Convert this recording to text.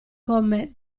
come